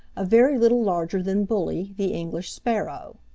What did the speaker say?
a very little larger than bully the english sparrow.